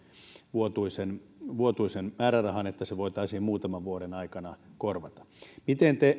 vuotuisen vuotuisen määrärahan jotta se voitaisiin muutaman vuoden aikana korvata miten te